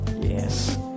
Yes